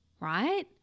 right